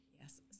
Yes